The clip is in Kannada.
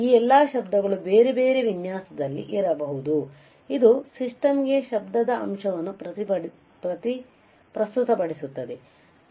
ಈ ಎಲ್ಲಾ ಶಬ್ದಗಳು ಬೇರೆ ಬೇರೆ ವಿನ್ಯಾಸದಲ್ಲಿ ಇರಬಹುದು ಇದು ಸಿಸ್ಟಮ್ಗೆ ಶಬ್ದದ ಅಂಶವನ್ನು ಪ್ರಸ್ತುತಪಡಿಸುತ್ತದೆ